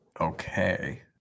okay